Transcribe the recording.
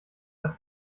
hat